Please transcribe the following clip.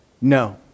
no